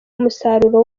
umusaruro